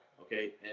Okay